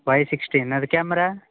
five sixteen ಅದು camera